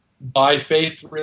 by-faith